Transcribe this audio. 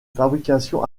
fabrication